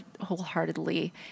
wholeheartedly